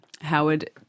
Howard